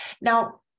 Now